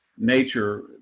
nature